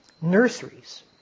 nurseries